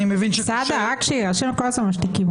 תלמידי חכמים מרבים שלום בעולם.